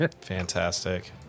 Fantastic